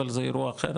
אבל זה אירוע אחר,